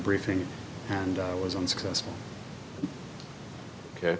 briefing and was unsuccessful ok